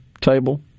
table